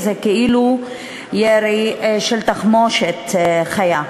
זה כאילו ירי של תחמושת חיה.